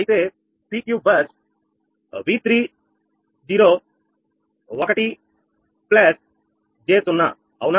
అయితే PQ bus 𝑉301 j 0 అవునా